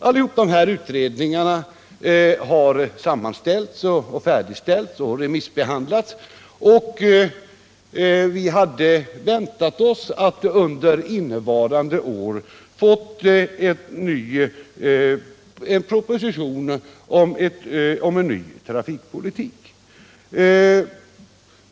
Alla dessa utredningar har sammanställts och re förbättra kollektiv missbehandlats, och vi hade väntat oss att under innevarande år få en proposition om en ny trafikpolitik.